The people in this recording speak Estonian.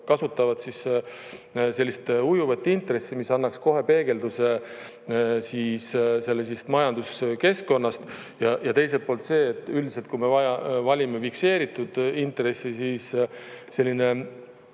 kasutavad sellist ujuvat intressi, mis annaks kohe peegelduse siis majanduskeskkonnast. Ja teiselt poolt see, et üldiselt, kui me valime fikseeritud intressi, siis selline